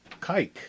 kike